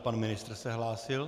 Ale pan ministr se hlásil.